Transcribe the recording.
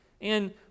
and